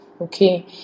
okay